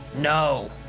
No